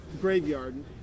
graveyard